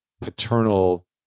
paternal